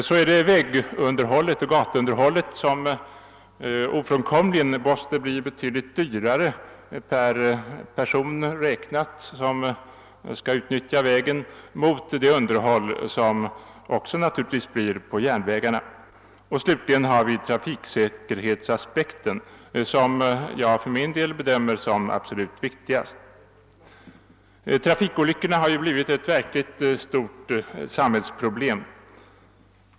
För det tredje måste vägoch gatuunderhållet ofrånkomligen bli betydligt dyrare, räknat per person som utnyttjar vägen, än det underhåll som naturligtvis också måste till för järnvägarna. Slutligen och för det fjärde har vi trafiksäkerhetsaspekten, som jag för min del bedömer som den absolut viktigaste. Trafikolyckorna har blivit ett verkligt stort samhällsproblem.